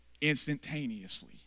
instantaneously